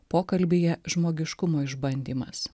pokalbyje žmogiškumo išbandymas